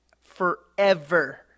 forever